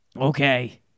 Okay